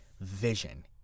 Vision